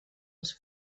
els